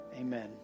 Amen